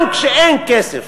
גם כשאין כסף,